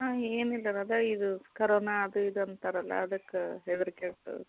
ಹಾಂ ಏನಿಲ್ಲ ಅದು ಇದು ಕರೋನಾ ಅದು ಇದು ಅಂತಾರಲ್ಲ ಅದಕ್ಕೆ ಹೆದರಿಕೆ ಆಗ್ತದೆ